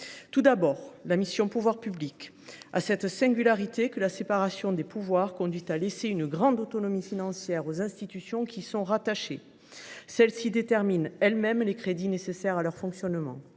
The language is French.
Tout d’abord, la mission « Pouvoirs publics » présente une singularité : la séparation des pouvoirs conduit à laisser une grande autonomie financière aux institutions qui y sont rattachées, celles ci déterminant elles mêmes les crédits nécessaires à leur fonctionnement.